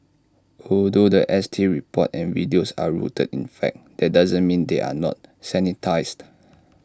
although The S T report and videos are rooted in fact that doesn't mean they are not sanitised